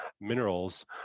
minerals